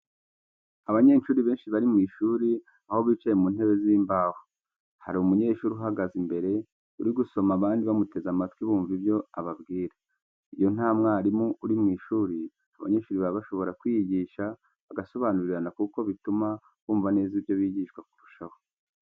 Abanyeshuri benshi bari mu ishuri aho bicaye mu ntebe z'imbaho. Hari umunyeshuri uhagaze imbere uri gusoma abandi bamuteze amatwi bumva ibyo ababwira. Iyo nta mwarimu uri mu ishuri, abanyeshuri baba bashobora kwiyigisha bagasobanurirana kuko bituma bumva neza ibyo bigishwa kurushaho.